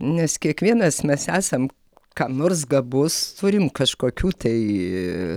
nes kiekvienas mes esam kam nors gabus turim kažkokių tai